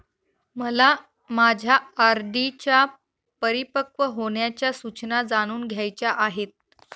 मला माझ्या आर.डी च्या परिपक्व होण्याच्या सूचना जाणून घ्यायच्या आहेत